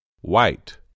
white